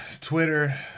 twitter